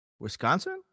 Wisconsin